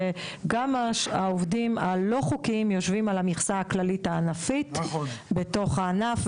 שגם העובדים הלא חוקיים יושבים על המכסה הכללית הענפית בתוך הענף,